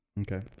okay